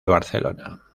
barcelona